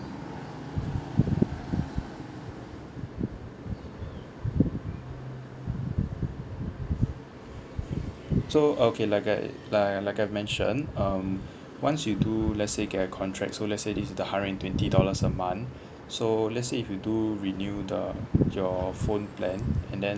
so okay like I I like I mentioned um once you do let's say get a contract so lets say this is the hundred and twenty dollars a month so let's say if you do renew the your phone plan and then